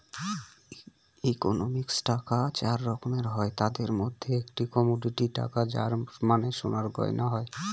ইকোনমিক্সে টাকা চার রকমের হয় তাদের মধ্যে একটি কমোডিটি টাকা যার মানে সোনার গয়না হয়